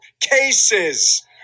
cases